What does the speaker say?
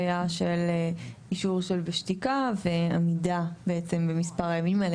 היה של אישור שבשתיקה ועמידה במספר הימים האלה,